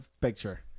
picture